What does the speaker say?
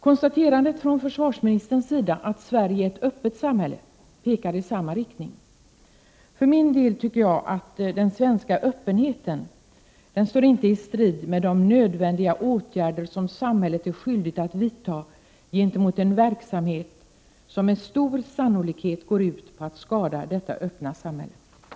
Konstaterandet från försvarsministerns sida om att Sverige är ett öppet samhälle pekar i samma riktning. För min del tycker jag att den svenska öppenheten inte står i strid med de nödvändiga åtgärder som samhället är skyldigt att vidta gentemot den verksamhet som med stor sannolikhet går ut på att skada detta öppna samhälle.